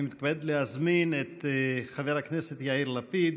אני מתכבד להזמין את חבר הכנסת יאיר לפיד,